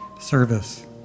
Service